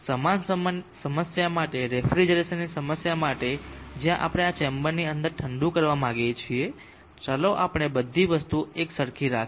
સમાન સમસ્યા માટે રેફ્રિજરેશનની સમસ્યા માટે જ્યાં આપણે આ ચેમ્બરની અંદર ઠંડુ કરવા માંગીએ છીએ ચાલો આપણે બધી વસ્તુઓ એકસરખી રાખીએ